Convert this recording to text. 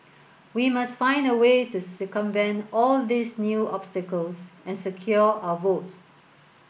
we must find a way to circumvent all these new obstacles and secure our votes